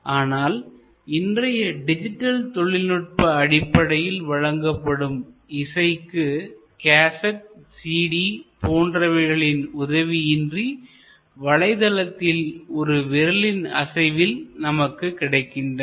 ஆனால் இன்றைய டிஜிட்டல் தொழில்நுட்ப அடிப்படையில் வழங்கப்படும் இசைக்கு கேசட் சிடி போன்றவைகளின் உதவியின்றி வலைதளத்தில் ஒரு விரலின் அசைவில் நமக்கு கிடைக்கின்றன